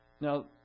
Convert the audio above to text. Now